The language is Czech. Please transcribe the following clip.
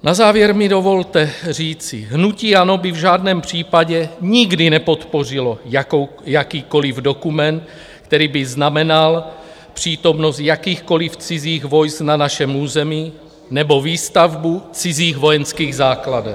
Na závěr mi dovolte říci, hnutí ANO by v žádném případě nikdy nepodpořilo jakýkoliv dokument, který by znamenal přítomnost jakýchkoliv cizích vojsk na našem území nebo výstavbu cizích vojenských základen.